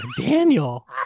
Daniel